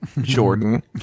Jordan